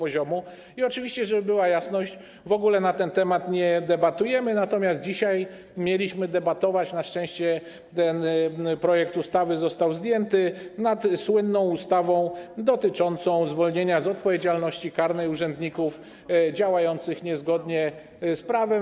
Oczywiście, żeby była jasność, w ogóle na ten temat nie debatujemy, natomiast dzisiaj mieliśmy debatować - na szczęście ten projekt ustawy został zdjęty z porządku obrad - nad słynną ustawą dotyczącą zwolnienia z odpowiedzialności karnej urzędników działających niezgodnie z prawem.